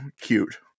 cute